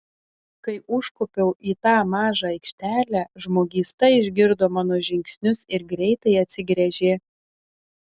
kai užkopiau į tą mažą aikštelę žmogysta išgirdo mano žingsnius ir greitai atsigręžė